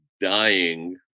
dying